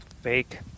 fake